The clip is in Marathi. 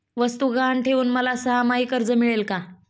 वस्तू गहाण ठेवून मला सहामाही कर्ज मिळेल का?